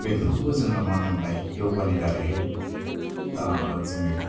बेफोरखौबो जोङो मा होनोमोनलाय य'गानि दारैहाय जोङो